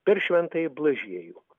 per šventąjį blažiejų